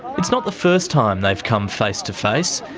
it's not the first time they've come face to face,